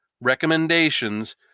recommendations